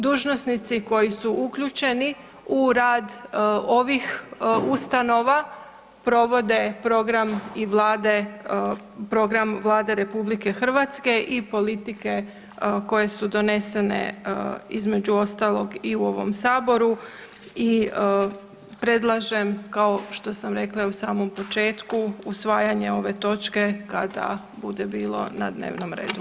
Dužnosnici koji su uključeni u rad ovih ustanova provode program i Vlade, program Vlade RH i politike koje su donesene između ostalog i u ovom saboru i predlažem kao što sam rekla i u samom početku usvajanje ove točke kada bude bilo na dnevnom redu.